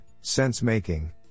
sense-making